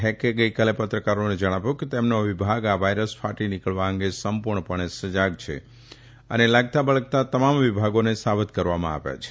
હેકે ગઇકાલે પત્રકારોને જણાવ્યું હતું કે તેમનો વિભાગ આ વાયરસ કાટી નીકળવા અંગે સંપુર્ણ પણે સજાગ છે અને લાગતા વળગતાં તમામ વિભાગોને સાવધ કરવામાં આવ્યા છે